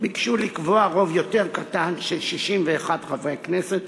ביקשו לקבוע רוב קטן יותר, של 61 חברי כנסת,